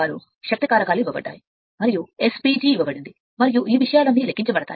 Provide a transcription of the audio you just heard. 86 సరైన శక్తి కారకాలు ఇవ్వబడతాయి మరియు SPG ఇవ్వబడుతుంది మరియు ఈ విషయాలన్నీ లెక్కించబడతాయి